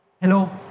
Hello